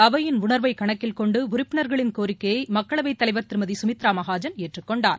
அவையின் உணர்வை கணக்கில்கொண்டு உறுப்பினர்களின் கோரிக்கையை மக்களவைத் தலைவர் திருமதி சுமித்ரா மகாஜன் ஏற்றுக்கொண்டார்